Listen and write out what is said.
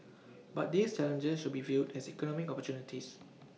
but these challenges should be viewed as economic opportunities